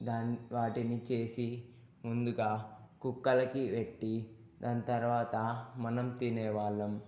దాని వాటిని చేసి ముందుగా కుక్కలకి పెట్టి దాని తర్వాత మనం తినే వాళ్ళం